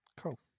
Cool